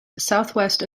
southwest